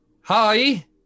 Hi